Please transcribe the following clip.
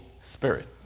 Spirit